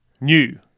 New